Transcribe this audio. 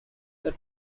the